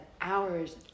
hours